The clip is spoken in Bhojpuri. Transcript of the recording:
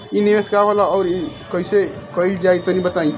इ निवेस का होला अउर कइसे कइल जाई तनि बताईं?